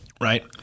Right